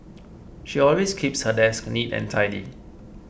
she always keeps her desk neat and tidy